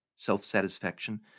self-satisfaction